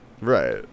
Right